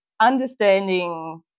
understanding